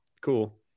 cool